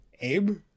Abe